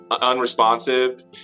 unresponsive